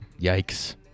Yikes